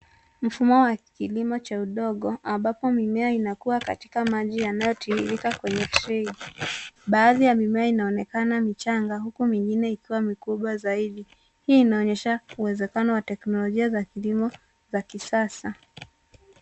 Mfumo wa kilimo cha udongo ambapo mimea inakua katika maji yanayotiririka kwenye tray . Baadhi ya mimea inaonekana michanga huku mingine ikiwa mikubwa zaidi. Hii inaonyesha uwezekano wa teknolojia za kilimo za kisasa.